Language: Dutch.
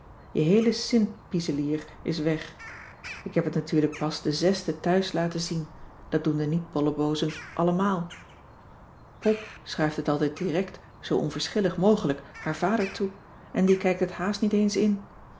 je heele sint piezelier is weg ik heb het natuurlijk pas den e thuis laten cissy van marxveldt de h b s tijd van joop ter heul zien dat doen de niet bolleboozen allemaal pop schuift het altijd direct zoo onverschillig mogelijk haar vader toe en die kijkt het haast niet eens in